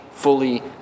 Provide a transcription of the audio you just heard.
fully